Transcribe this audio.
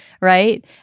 right